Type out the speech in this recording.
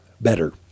better